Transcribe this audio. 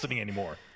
anymore